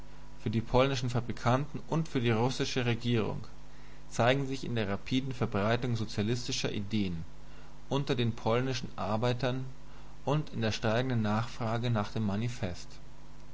für die polnischen fabrikanten und für die russische regierung zeigen sich in der rapiden verbreitung sozialistischer ideen unter den polnischen arbeitern und in der steigenden nachfrage nach dem manifest